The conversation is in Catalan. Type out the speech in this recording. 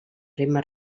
ritme